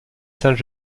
sainte